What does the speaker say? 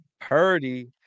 Purdy